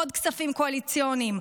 עוד כספים קואליציוניים,